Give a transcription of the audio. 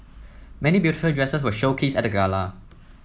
many beautiful dresses were showcased at the gala